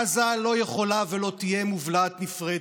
עזה לא יכולה ולא תהיה מובלעת נפרדת,